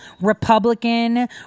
Republican